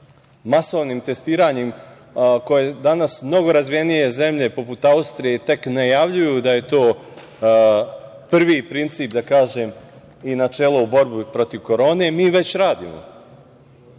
masovnim testiranjem koje danas mnogo razvijenije zemlje poput Austrije tek najavljuju da je to prvi princip da kažem i načelo u borbi protiv korone, mi već radimo. Kako